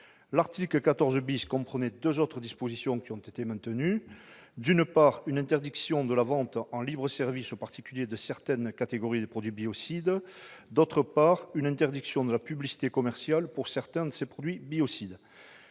L'article 14 comprenait deux autres dispositions, qui ont été maintenues : d'une part, une interdiction de la vente en libre-service aux particuliers de certaines catégories de produits biocides ; d'autre part, une interdiction de la publicité commerciale pour certains de ces produits biocides.